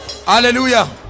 hallelujah